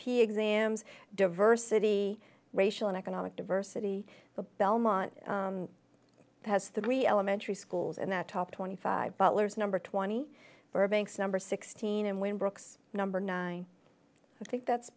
p exams diversity racial and economic diversity the belmont has three elementary schools and the top twenty five butlers number twenty burbank's number sixteen and when brooks number nine i think that's